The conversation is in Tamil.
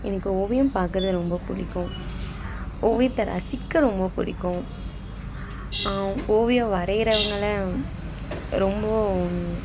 எனக்கு ஓவியம் பார்க்கறது ரொம்ப பிடிக்கும் ஓவியத்தை ரசிக்க ரொம்ப பிடிக்கும் ஓவியம் வரைகிறவங்கள ரொம்பவும்